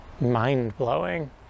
mind-blowing